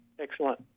Excellent